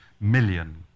million